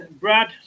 Brad